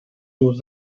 dur